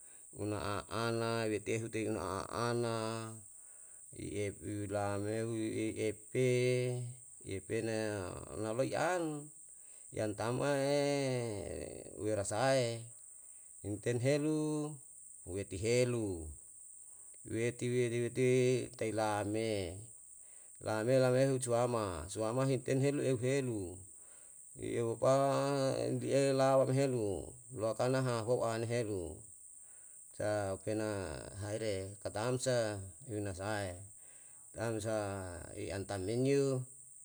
Una a ana wetu tehi u na a ana, ila mehu i epe i epe na naloi an, i an tam ae wera sahae himten helu weti helu, weti weri weti tai lame, lame lalei hutuama suama hinten helu eu helu i eopa enbi e laum helu lau kana haho an helu. sa opena haere katamsa ewina sahae tamsa i an tam menio